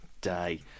day